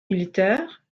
militaire